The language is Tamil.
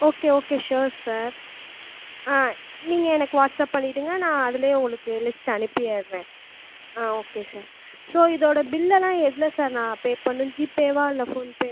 ஓகே ஓகே ஷோர் சார் நீங்கள் எனக்கு வாட்ஸ்அப் பண்ணிடுங்கள் நான் அதிலேயே உங்களுக்கு லிஸ்ட் அனுப்பிகிறேன் ஓகே சார் ஸோ இதோடய பில்லெல்லாம் எதில் சார் நான் பே பண்ணனும் ஜிபே வா இல்லை ஃபோன் பேவா